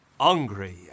hungry